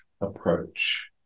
approach